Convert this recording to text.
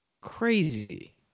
Crazy